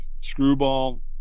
screwball